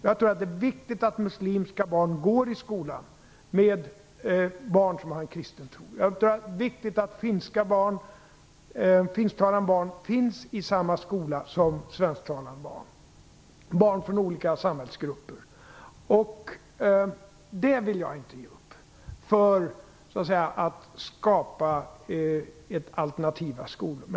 Jag tror att det är viktigt att muslimska barn går i skolan tillsammans med barn som har en kristen tro och att finsktalande barn finns i samma skola som svensktalande barn. Det gäller också barn från olika samhällsgrupper. Det vill jag inte ge upp för att skapa alternativa skolor.